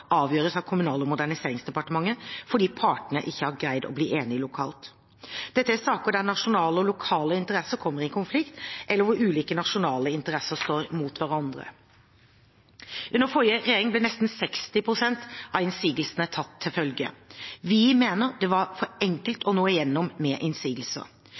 avgjøres av Kommunal- og moderniseringsdepartementet fordi partene ikke har greid å bli enige lokalt. Dette er saker der nasjonale og lokale interesser kommer i konflikt, eller der ulike nasjonale interesser står mot hverandre. Under forrige regjering ble nesten 60 pst. av innsigelsene tatt til følge. Vi mener det var for enkelt å nå igjennom med innsigelser.